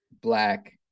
Black